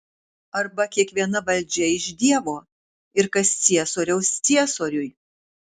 arba kiekviena valdžia iš dievo ir kas ciesoriaus ciesoriui